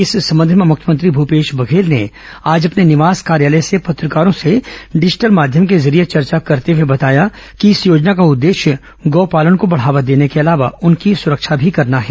इस संबंध में मुख्यमंत्री भूपेश बघेल ने आज अपने निवास कार्यालय से पत्रकारों से डिजिटल माध्यम को जरिये चर्चा करते हुए बताया कि इस योजना का उद्देश्य गौ पालन को बढ़ावा देने के अलावा उनकी सुरक्षा भी करना है